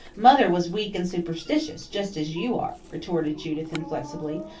mother was weak and superstitious, just as you are, retorted judith inflexibly.